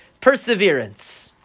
perseverance